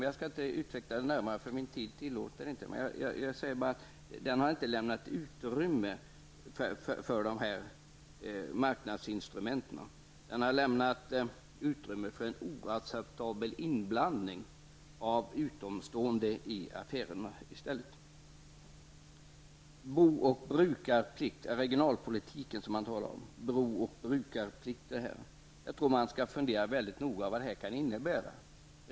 Jag skall inte utveckla detta närmare, för det tillåter inte min taletid. Men jag vill bara säga att nuvarande lagstiftning inte har lämnat utrymme för marknadsinstrumenten, utan den har i stället fört med sig en oacceptabel inblandning i affärerna av utomstående. Bo och brukarplikt hör till regionalpolitiken. Jag tror att man borde fundera väldigt noga över vad en sådan plikt kan innebära.